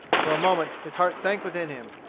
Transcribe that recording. for a moment his heart sank within him.